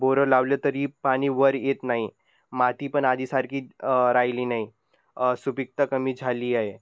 बोरं लावलं तरी पाणी वर येत नाही मातीपण आधीसारखी राहिली नाही सुपिकता कमी झाली आहे